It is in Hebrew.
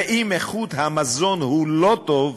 ואם איכות המזון לא טובה,